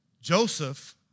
Joseph